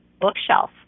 bookshelf